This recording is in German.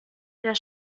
der